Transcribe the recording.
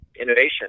innovation